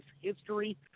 history